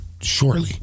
shortly